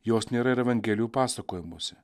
jos nėra ir evangelijų pasakojimuose